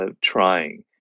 trying